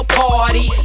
party